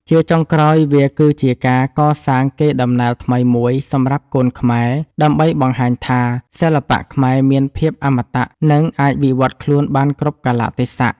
ជាចុងក្រោយ វាគឺជាការកសាងកេរដំណែលថ្មីមួយសម្រាប់កូនខ្មែរ ដើម្បីបង្ហាញថា សិល្បៈខ្មែរមានភាពអមតៈ និងអាចវិវត្តខ្លួនបានគ្រប់កាលៈទេសៈ។